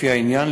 לפי העניין,